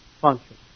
function